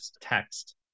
text